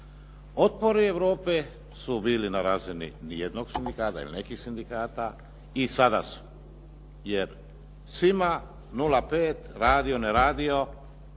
Otpori Europe su bili na razini ni jednog sindikata ili nekih sindikata i sada su jer svima 0,5 radio, ne radio